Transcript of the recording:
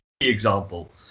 example